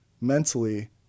mentally